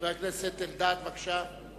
חבר הכנסת אלדד, בבקשה.